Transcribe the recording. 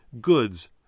goods